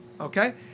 Okay